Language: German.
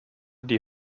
die